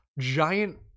Giant